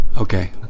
Okay